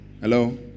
Hello